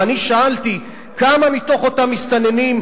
ואני שאלתי כמה מאותם מסתננים,